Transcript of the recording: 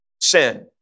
sin